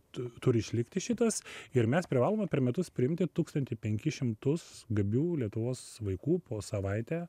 tu turi išlikti šitas ir mes privalome per metus priimti tūkstantį penkis šimtus gabių lietuvos vaikų po savaitę